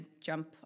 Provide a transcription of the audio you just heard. jump